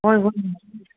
ꯍꯣꯏ ꯍꯣꯏ